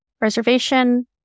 reservation